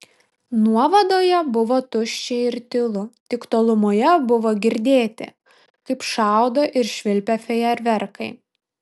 nuovadoje buvo tuščia ir tylu tik tolumoje buvo girdėti kaip šaudo ir švilpia fejerverkai